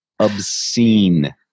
Obscene